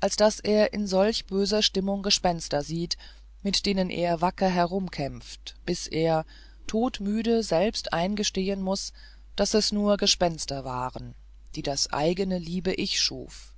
als daß er in solch böser stimmung gespenster sieht mit denen er wacker herumkämpft bis er todmüde selbst eingestehen muß daß es nur gespenster waren die das eigne liebe ich schuf